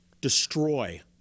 destroy